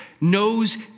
knows